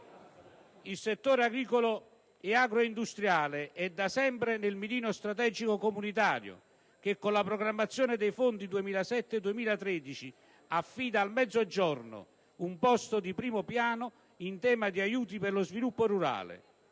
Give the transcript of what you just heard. Il settore agricolo e agroindustriale è da sempre nel mirino strategico comunitario, che con la programmazione dei fondi 2007-2013 affida al Mezzogiorno un posto di primo piano in tema di aiuti per lo sviluppo rurale.